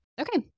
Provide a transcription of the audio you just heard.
Okay